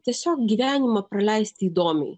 tiesiog gyvenimą praleisti įdomiai